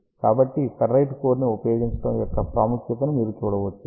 కాబట్టి ferrite core ని ఉపయోగించడం యొక్క ప్రాముఖ్యతను మీరు చూడవచ్చు